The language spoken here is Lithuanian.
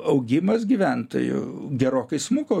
augimas gyventojų gerokai smuko